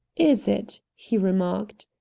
is it? he remarked.